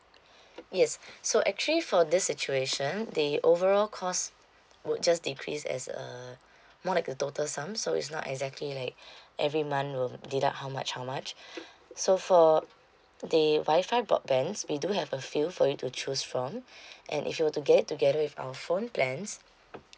yes so actually for this situation the overall cost would just decrease as a more like a total sum so it's not exactly like every month will deduct how much how much so for the wi-fi broadbands we do have a few for you to choose from and if you were to get together with our phone plans